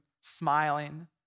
smiling